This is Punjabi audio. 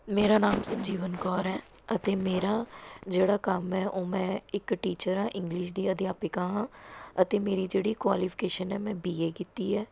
ਮੇਰਾ ਨਾਮ ਸੁਖਜੀਵਨ ਕੌਰ ਹੈ ਅਤੇ ਮੇਰਾ ਜਿਹੜਾ ਕੰਮ ਹੈ ਉਹ ਮੈਂ ਇੱਕ ਟੀਚਰ ਹਾਂ ਇੰਗਲਿਸ਼ ਦੀ ਅਧਿਆਪਕਾ ਹਾਂ ਅਤੇ ਮੇਰੀ ਜਿਹੜੀ ਕੁਆਲੀਫਿਕੇਸ਼ਨ ਹੈ ਮੈਂ ਬੀ ਏ ਕੀਤੀ ਹੈ